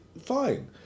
Fine